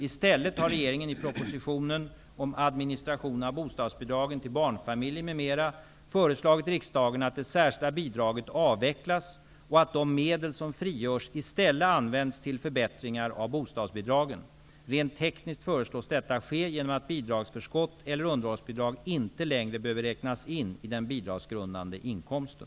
I stället har regeringen i propositionen om administrationen av bostadsbidragen till barnfamiljer m.m. föreslagit riksdagen att det särskilda bidraget avvecklas och att de medel som frigörs i stället används till förbättringar av bostadsbidragen. Rent tekniskt föreslås detta ske genom att bidragsförskott eller underhållsbidrag inte längre behöver räknas in i den bidragsgrundande inkomsten.